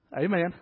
Amen